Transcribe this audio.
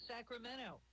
Sacramento